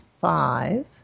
five